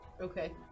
Okay